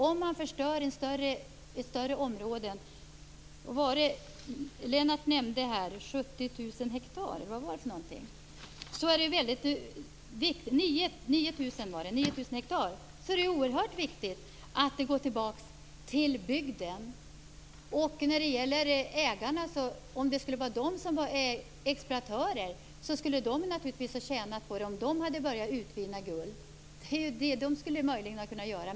Om man förstör större områden - Lennart Beijer nämnde 9 000 hektar - är det oerhört viktigt att det går tillbaka till bygden. Om ägarna skulle vara exploatörer skulle de naturligtvis ha tjänat på det om de hade börjat utvinna guld. Det skulle de möjligen ha kunnat göra.